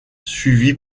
suivi